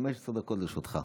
15 דקות לרשותך.